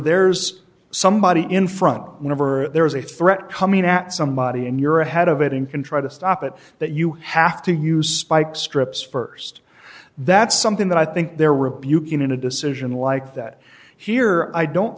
there's somebody in front whenever there is a threat coming at somebody and you're ahead of it and can try to stop it that you have to use strips st that's something that i think there were a buchannan a decision like that here i don't